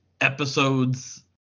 episodes